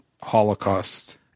Holocaust